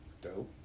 Dope